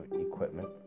equipment